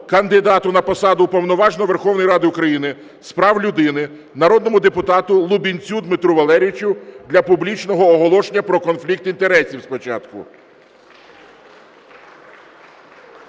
Ради України з прав людини народному депутату Лубінцю Дмитру Валерійовичу для публічного оголошення про конфлікт інтересів спочатку.